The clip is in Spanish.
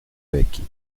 becky